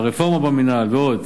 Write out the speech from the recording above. הרפורמה במינהל ועוד.